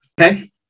Okay